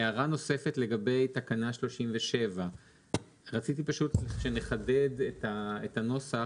הערה נוספת לגבי תקנה 37. רציתי פשוט שנחדד את הנוסח,